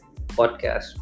Podcast